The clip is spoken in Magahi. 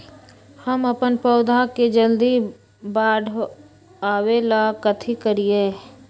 हम अपन पौधा के जल्दी बाढ़आवेला कथि करिए?